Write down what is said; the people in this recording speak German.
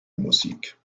musik